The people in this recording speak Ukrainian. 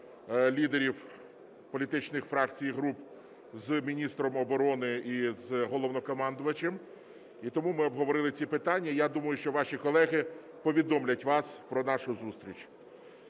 лідерів політичних фракцій і груп з міністром оборони і з Головнокомандувачем, і тому ми обговорили ці питання. Я думаю, що ваші колеги повідомлять вас про нашу зустріч.